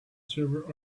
server